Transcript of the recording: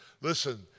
Listen